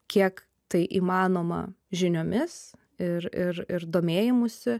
kiek tai įmanoma žiniomis ir ir ir domėjimusi